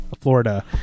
Florida